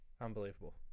Unbelievable